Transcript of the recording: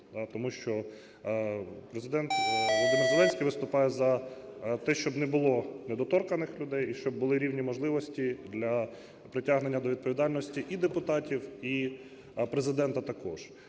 Тому що Президент Володимир Зеленський виступає за те, щоб не було недоторканних людей і щоб були рівні можливості для притягнення до відповідальності і депутатів, і Президента також.